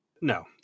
No